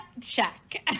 check